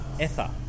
Ether